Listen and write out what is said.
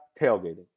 tailgating